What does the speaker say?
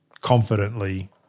confidently